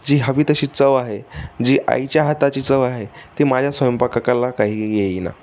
जी हवी तशी चव आहे जी आईच्या हाताची चव आहे ती माझ्या स्वयंपाक कला काही येईना